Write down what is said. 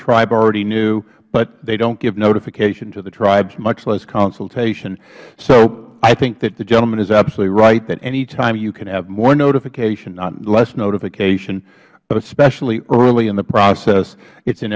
tribe already knew but they dont give notification to the tribes much less consultation so i think that the gentleman is absolutely right that any time you can have more notification not less notification but especially early in the process it is in